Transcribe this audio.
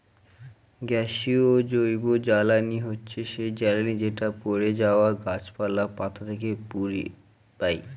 গ্যাসীয় জৈবজ্বালানী হচ্ছে সেই জ্বালানি যেটা পড়ে যাওয়া গাছপালা, পাতা কে পুড়িয়ে পাই